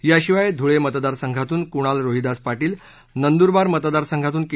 याशिवाय धुळे मतदारसंघातून कुणाल रोहिदास पाटील नंदुरबार मतदारसंघातून के